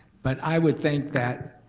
but i would think that,